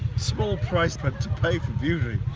small price but to pay for beauty.